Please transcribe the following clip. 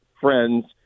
friends